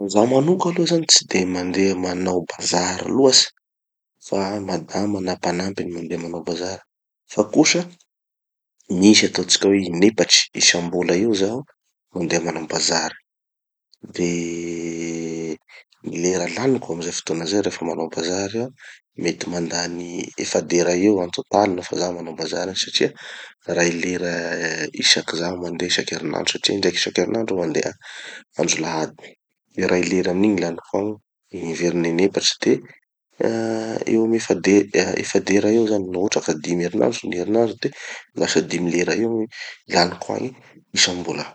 Zaho manoka aloha zany tsy de mandeha manao bazary loatsy, fa madama na mpanampy gny mandeha manao bazary. Fa kosa, misy ataotsika hoe inepatry isam-bola eo zaho, mandeha manao bazary. De gny lera laniko amizay fotoana zay rehefa manao bazary aho, mety mantany efadera eo en total nofa zaho manao bazary satria, ray lera isaky zaho mandeha isankerinandro satria indraiky isankerinandro aho mandeha, andro lahady. De ray lera amin'igny laniko agny. Miverina inepatry de, ah eo amy efadera, efadera eo zany; no hotraky dimy herinandro gny herinandro de lasa dimy lera eo gny laniko agny isam-bola.